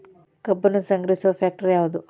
ಕಬ್ಬನ್ನು ಸಂಗ್ರಹಿಸುವ ಫ್ಯಾಕ್ಟರಿ ಯಾವದು?